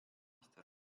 naiste